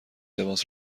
لباس